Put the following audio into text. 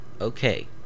Okay